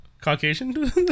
Caucasian